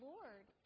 Lord